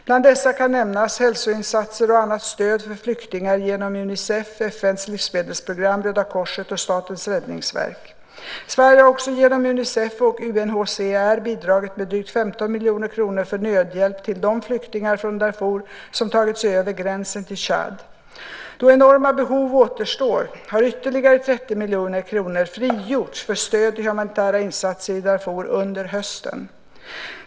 Bland dessa kan nämnas hälsoinsatser och annat stöd för flyktingar genom Unicef, FN:s livsmedelsprogram, Röda Korset och Statens räddningsverk. Sverige har också genom Unicef och UNHCR bidragit med drygt 15 miljoner kronor för nödhjälp till de flyktingar från Darfur som tagit sig över gränsen till Tchad. Då enorma behov återstår har ytterligare 30 miljoner kronor frigjorts för stöd till humanitära insatser i Darfur under hösten.